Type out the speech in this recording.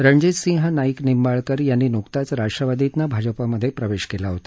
रणजीतसिंह नाईक निंबाळकर यांनी नुकताच राष्ट्रवादीतनं भाजपमध्ये प्रवेश केला होता